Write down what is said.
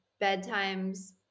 bedtimes